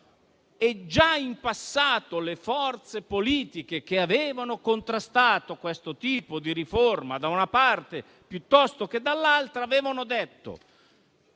già in passato le forze politiche che avevano contrastato questo tipo di riforma, da una parte piuttosto che dall'altra, avevano detto